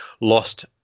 lost